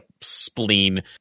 spleen